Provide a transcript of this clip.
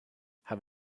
have